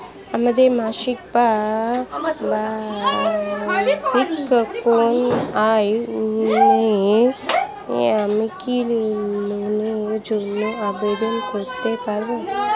আমার মাসিক বা বার্ষিক কোন আয় নেই আমি কি লোনের জন্য আবেদন করতে পারব?